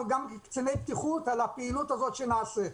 גם כקציני בטיחות על הפעילות הזאת שנעשית.